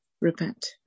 repent